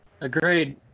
Agreed